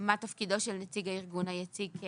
מה תפקידו של נציג הארגון היציג,